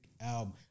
album